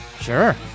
Sure